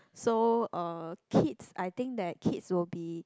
so uh kids I think that kids will be